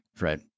Right